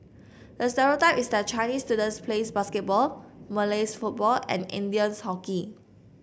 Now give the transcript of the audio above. the stereotype is that Chinese students play basketball Malays football and Indians hockey